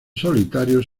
solitarios